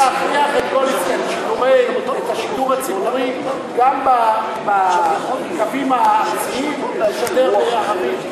צריך להכריח את השידור הציבורי גם בקווים הארציים לשדר בערבית,